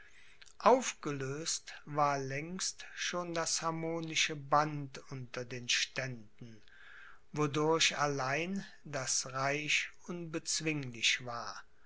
aufgelöst war längst schon das harmonische band unter den ständen wodurch allein das reich unbezwinglich war